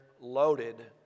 loaded